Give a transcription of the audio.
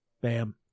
bam